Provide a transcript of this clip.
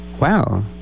Wow